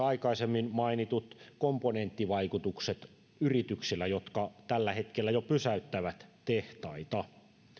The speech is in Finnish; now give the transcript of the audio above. aikaisemmin mainittuja komponenttivaikutuksia yrityksillä jotka tällä hetkellä jo pysäyttävät tehtaita